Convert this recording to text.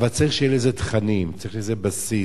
אבל צריך שיהיו לזה תכנים, צריך לזה בסיס.